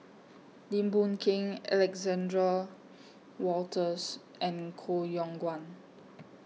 Lim Boon Keng Alexander Wolters and Koh Yong Guan